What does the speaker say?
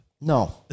No